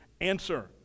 Answer